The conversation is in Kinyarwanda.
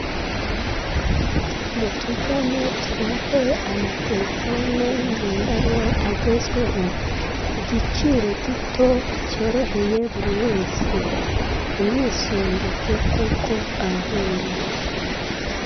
Mutugane tubahe amatelefone ngendanwa agezweho ku giciro gito cyoroheye buri wese ntimwisondeke kuko arahendutse.